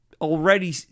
already